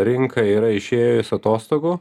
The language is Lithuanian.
rinka yra išėjus atostogų